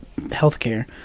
healthcare